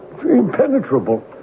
impenetrable